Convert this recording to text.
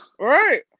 Right